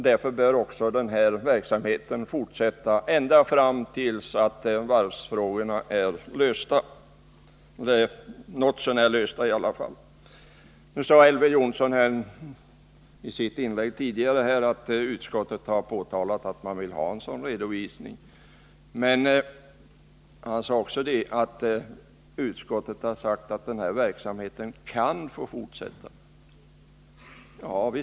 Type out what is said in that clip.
Därför bör också den här verksamheten fullföljas ända tills varvens problem blivit lösta eller i varje fall något så när lösta. Elver Jonsson sade i sitt tidigare inlägg att utskottet påtalat att man vill ha en redovisning, men han sade också att utskottet anser att den här verksamheten kan fortsätta.